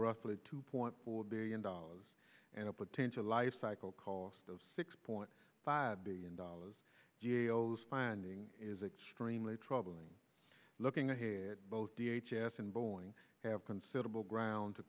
roughly two point four billion dollars and a potential lifecycle cost of six point five billion dollars jail's finding is extremely troubling looking ahead both d h s and boeing have considerable ground to